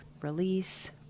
release